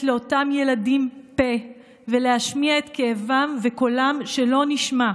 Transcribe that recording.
לאותם ילדים פה ולהשמיע את כאבם וקולם שלא נשמע.